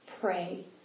pray